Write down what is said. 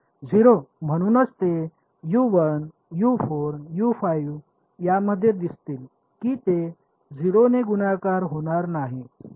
0 म्हणूनच ते यामध्ये दिसतील की ते 0 ने गुणाकार होणार नाहीत